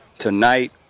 Tonight